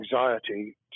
anxiety